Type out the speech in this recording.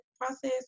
process